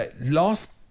lost